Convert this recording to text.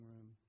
room